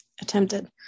attempted